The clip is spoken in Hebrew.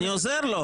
אני עוזר לו.